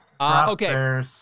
Okay